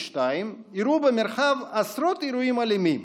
אירעו במרחב עשרות אירועים אלימים,